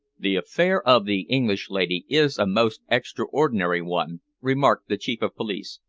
the affair of the english lady is a most extraordinary one, remarked the chief of police,